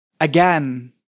Again